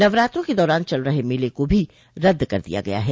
नवरात्रों के दारान चल रहे मेले को भी रद्द कर दिया गया है